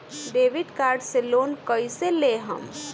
Debit card से loan कईसे लेहम?